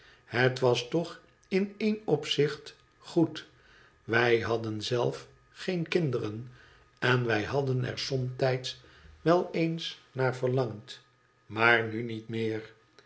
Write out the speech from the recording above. het was toch in één opzicht goed wij hadden zelf geen kinderen en wij hadden er somtijds wel eens naar verlangd maar nu niet meer